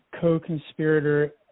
co-conspirator